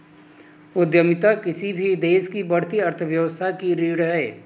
उद्यमिता किसी भी देश की बढ़ती अर्थव्यवस्था की रीढ़ है